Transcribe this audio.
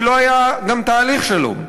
כי לא היה גם תהליך שלום.